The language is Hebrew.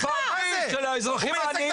הוא מייצג את האזרחים.